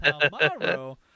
tomorrow